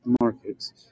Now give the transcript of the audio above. markets